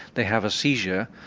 they have a seizure,